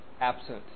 absent